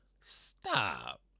stop